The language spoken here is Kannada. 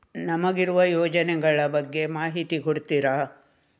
ನಮಗಿರುವ ಯೋಜನೆಗಳ ಬಗ್ಗೆ ಮಾಹಿತಿ ಕೊಡ್ತೀರಾ?